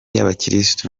y’abakirisitu